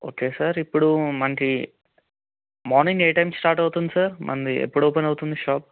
okay sir ఇప్పుడు మనకు morning ఏ టైంకి స్టార్ట్ అవుతుంది సార్ మనది ఎప్పుడు ఓపెన్ అవుతుంది షాప్